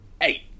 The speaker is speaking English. Eight